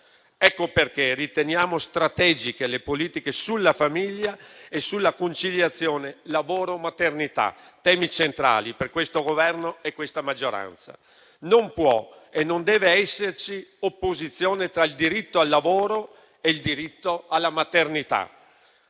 Ecco perché riteniamo strategiche le politiche sulla famiglia e sulla conciliazione tra lavoro e maternità, temi centrali per questo Governo e questa maggioranza. Non può e non deve esserci opposizione tra il diritto al lavoro e il diritto alla maternità: